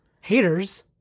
haters